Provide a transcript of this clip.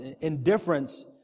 Indifference